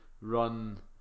run